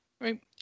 Right